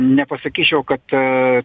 nepasakyčiau kad